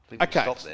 Okay